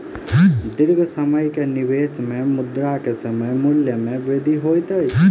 दीर्घ समय के निवेश में मुद्रा के समय मूल्य में वृद्धि होइत अछि